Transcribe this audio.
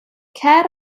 cer